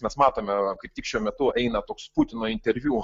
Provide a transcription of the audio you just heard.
mes matome va kaip tik šiuo metu eina toks putino interviu